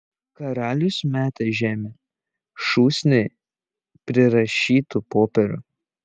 karalius metė žemėn šūsnį prirašytų popierių